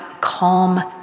calm